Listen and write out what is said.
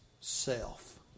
self